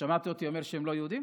הם לא יהודים,